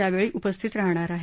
यावळी उपस्थित राहणार आह